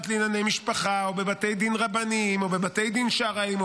לענייני משפחה או בבית דין רבניים או בבתי דין שרעיים,